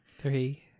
Three